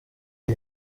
iyi